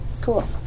Cool